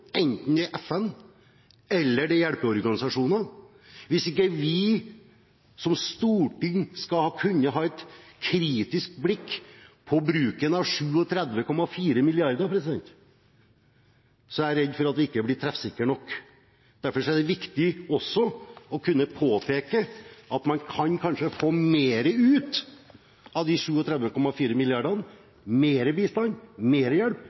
enten det er FN eller hjelpeorganisasjoner, og hvis ikke vi som storting skal kunne ha et kritisk blikk på bruken av 37,4 mrd. kr, er jeg redd for at vi ikke blir treffsikre nok. Derfor er det viktig å påpeke at man kanskje kan få mer ut av disse 37,4 milliardene – mer bistand, mer hjelp